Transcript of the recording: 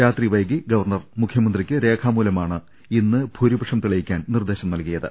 രാത്രി വൈകി ഗവർണർ മുഖ്യ മന്ത്രിക്ക് രേഖാമൂലമാണ് ഇന്ന് ഭൂരിപക്ഷം തെളിയിക്കാൻ നിർദേശം നൽകിയത്